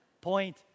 Point